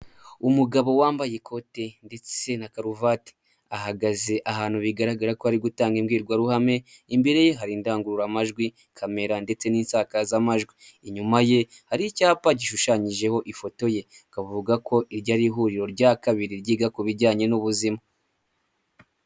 Umugabo wambaye ikote ndetse na karuvati ahagaze ahantu bigaragara ko ari gutanga imbwirwaruhame, imbere ye hari indangururamajwi, kamera ndetse n'isazamajwi, inyuma ye hari icyapa gishushanyijeho ifoto ye akavuga ko iryo ari ihuriro rya kabiri ryiga ku bijyanye n'ubuzima.